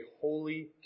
holy